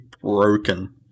broken